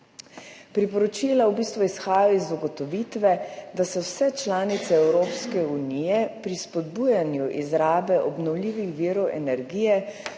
Priporočila v bistvu izhajajo iz ugotovitve, da se vse članice Evropske unije pri spodbujanju izrabe obnovljivih virov energije